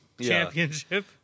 Championship